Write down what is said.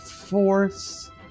force